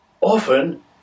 often